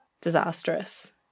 disastrous